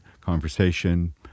conversation